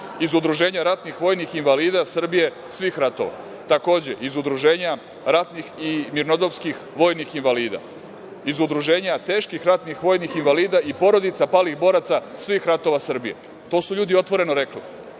iz Udruženja ratnih vojnih invalida Srbije svih ratova, takođe, iz Udruženja ratnih i mirnodopskih vojnih invalida, iz Udruženja teških ratnih vojnih invalida i porodica palih boraca svih ratova Srbije. To su ljudi otvoreno rekli